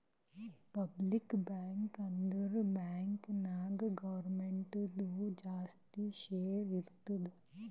public bank ಅಂದುರ್ bank ನಾಗ್ ಗೌರ್ಮೆಂಟ್ದು ಜಾಸ್ತಿ ಶೇರ್ ಇರ್ತುದ್